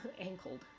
ankled